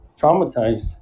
traumatized